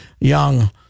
young